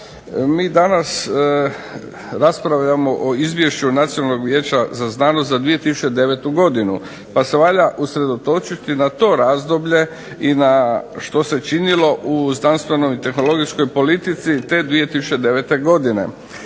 Mi danas raspravljamo o Izvješću Nacionalnog vijeća za znanost za 2009. godinu pa se valja usredotočiti na to razdoblje i na što se činilo u znanstvenoj, tehnologijskoj politici te 2009. godine.